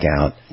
out